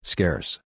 Scarce